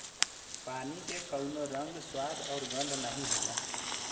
पानी के कउनो रंग, स्वाद आउर गंध नाहीं होला